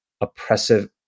oppressive